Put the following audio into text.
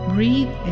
Breathe